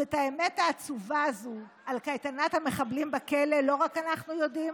שאת האמת העצובה הזאת על קייטנת המחבלים בכלא לא רק אנחנו יודעים,